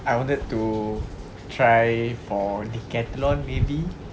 I wanted to try for Decathlon maybe